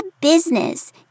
business